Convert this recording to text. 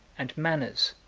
and manners,